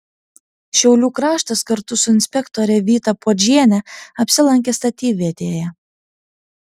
šiaulių kraštas kartu su inspektore vyta puodžiene apsilankė statybvietėje